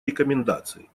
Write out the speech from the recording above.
рекомендации